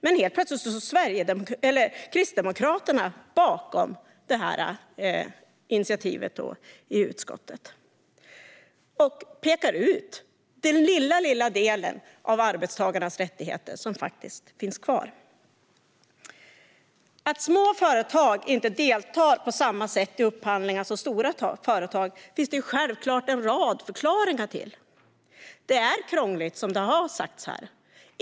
Men nu står Kristdemokraterna helt plötsligt bakom initiativet i utskottet och pekar ut den lilla del av arbetstagarnas rättigheter som finns kvar. Att små företag inte deltar i upphandlingar på samma sätt som stora företag finns det självklart en rad förklaringar till. Det är krångligt, som sagts här.